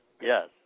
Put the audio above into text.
Yes